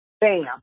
Bam